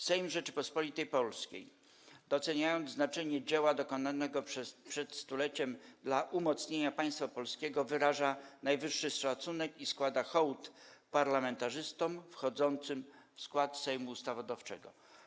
Sejm Rzeczypospolitej Polskiej, doceniając znaczenie dzieła dokonanego przed stuleciem dla umocnienia państwa polskiego, wyraża najwyższy szacunek i składa hołd parlamentarzystom wchodzącym w skład Sejmu Ustawodawczego”